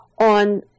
on